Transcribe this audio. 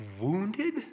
wounded